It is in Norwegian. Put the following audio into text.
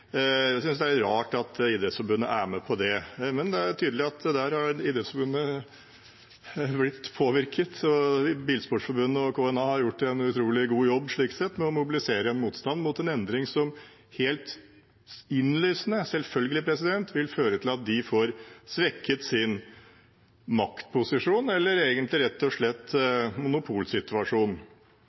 Jeg synes det er rart at Idrettsforbundet er med på det. Men det er tydelig at der har Idrettsforbundet blitt påvirket, og Bilsportforbundet og KNA har gjort en utrolig god jobb slik sett med å mobilisere en motstand mot en endring som helt innlysende, selvfølgelig, vil føre til at de får svekket sin maktposisjon, eller egentlig rett og slett monopolsituasjon.